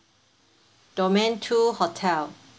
domain two hotel